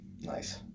Nice